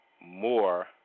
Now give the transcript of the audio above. more